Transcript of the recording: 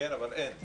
כן, אבל אין.